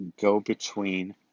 go-between